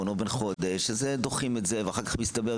או בן חודש אז דוחים את זה ואז שאלתי,